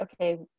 okay